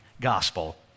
gospel